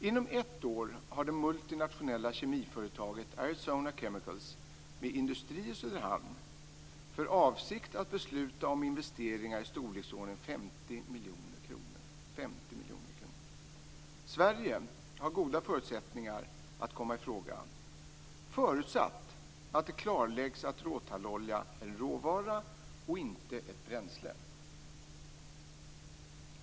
Inom ett år har det multinationella kemiföretaget Arizona Chemical med industri i Söderhamn för avsikt att besluta om investeringar av i storleksordningen 50 miljoner kronor. Sverige har goda förutsättningar att komma i fråga förutsatt att det klarläggs att råtallolja är en råvara och inte ett bränsle.